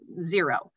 zero